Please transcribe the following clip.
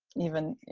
even, you